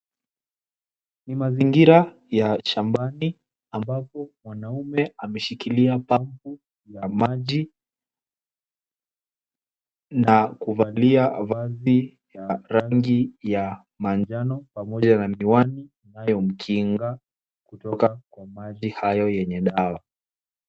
Ni mazingira ya shambani ambapo mwanaume ameshikilia pampu ya maji na kuvalia vazi ya rangi ya manjano pamoja na miwani inayo mkinga kutoka kwa maji hayo yenye dawa.